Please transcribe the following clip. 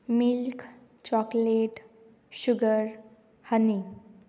milk chocolate sugar honey